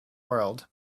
world